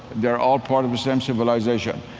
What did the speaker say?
they're all part of the same civilization.